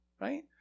right